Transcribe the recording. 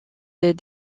des